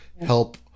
help